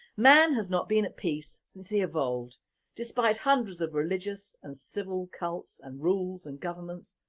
man has not been at peace since he evolved despite hundreds of religious and civil cults and rules and governments,